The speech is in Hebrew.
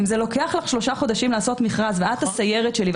אם זה לוקח לך שלושה חודשים לעשות מכרז ואת הסיירת שלי,